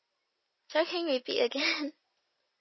sorry can you repeat again